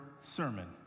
sermon